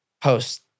post